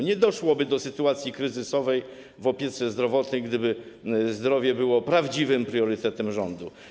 Nie doszłoby do sytuacji kryzysowej w opiece zdrowotnej, gdyby zdrowie było prawdziwym priorytetem rządu.